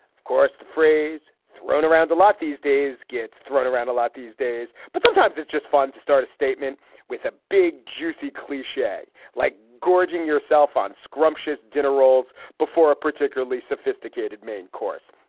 course, the phrase thrown around a lot these days gets thrown around a lot these days. but sometimes it's just fun to start a statement with a big, juicy cliche like gorging yourself on scrumptious dinner rolls before a particularly sophisticated main course.